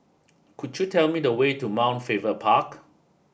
could you tell me the way to Mount Faber Park